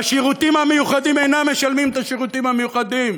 השירותים המיוחדים אינם משלמים את השירותים המיוחדים,